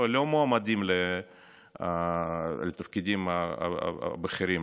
לא מועמדים לתפקידים בכירים,